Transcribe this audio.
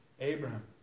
Abraham